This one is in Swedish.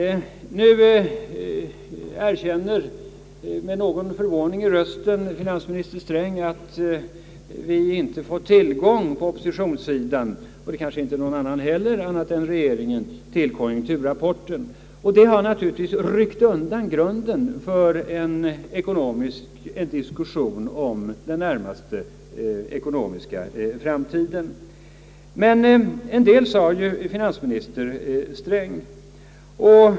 Nu erkänner finansminister Sträng med någon förvåning i rösten att vi på oppositionssidan inte får tillgång till konjunkturrapporten — det får inte någon annan än regeringen. Detta har naturligtvis ryckt undan grunden för en ekonomisk diskussion om den närmaste framtiden. Men en del sade ju finansminister Sträng.